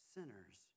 Sinners